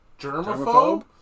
germaphobe